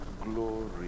glory